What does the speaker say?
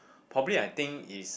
probably I think is